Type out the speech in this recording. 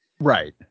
Right